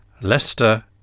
Leicester